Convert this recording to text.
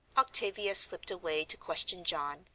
octavia slipped away to question john,